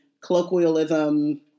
colloquialism